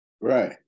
Right